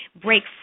break